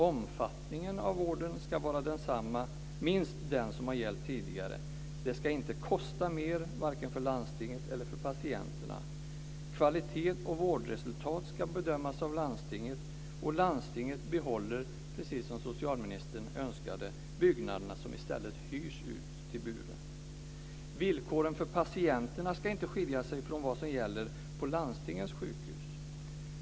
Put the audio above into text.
Omfattningen av vården ska vara densamma; det ska var minst den som har gällt tidigare. Det ska inte kosta mer för vare sig landstinget eller patienterna. Kvalitet och vårdresultat ska bedömas av landstinget, och landstinget behåller, precis som socialministern önskade, byggnaderna, som i stället hyrs ut till Bure. Villkoren för patienterna ska inte skilja sig från vad som gäller på landstingens sjukhus.